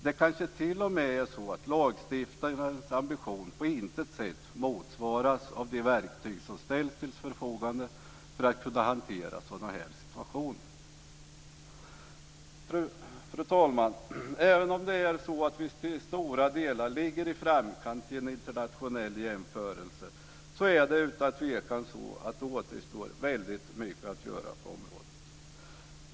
Det kanske t.o.m. är så att lagstiftarens ambition på intet sätt motsvaras av de verktyg som ställs till förfogande för att kunna hantera sådana här situationer. Fru talman! Även om vi till stora delar ligger i framkant vid en internationell jämförelse är det utan tvekan så att det återstår väldigt mycket att göra på området.